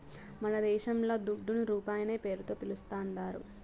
మనదేశంల దుడ్డును రూపాయనే పేరుతో పిలుస్తాందారు